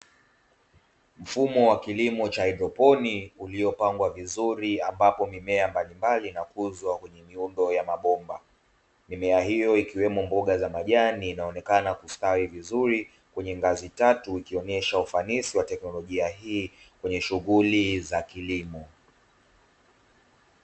Mfumo wa kilimo cha haidroponi uliopangwa vizuri ambapo mimea mballimbali inakuzwa kwa muundo wa mabomba, mimea hiyo ikiwemo mboga za majani inayoonekana kustawi vizuri kwenye ngazi tatu ikionyesha ufanisi wa teknolojia hii kwenye shughuli za kilimo.